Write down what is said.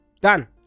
Done